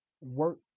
Work